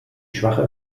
schwache